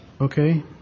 Okay